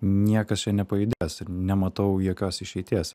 niekas čia nepajudės ir nematau jokios išeities